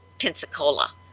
Pensacola